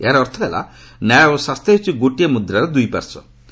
ଏହାର ଅର୍ଥ ହେଲା ନ୍ୟାୟ ଓ ସ୍ୱାସ୍ଥ୍ୟ ହେଉଛି ଗୋଟିଏ ମୁଦ୍ରାର ଦୁଇ ପାର୍ଶ୍ୱ